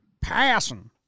Passing